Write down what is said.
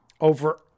over